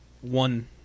one